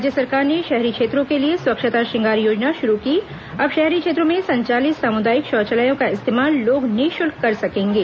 राज्य सरकार ने शहरी क्षेत्रों के लिए स्वच्छता श्रंगार योजना शुरू की अब शहरी क्षेत्रों में संचालित सामुदायिक शौचालयों का इस्तेमाल लोग निःशुल्क कर सकेंगे